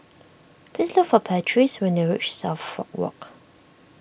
please look for Patrice when you reach Suffolk Walk